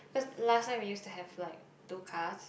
cause last time we use to have like two cars